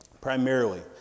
Primarily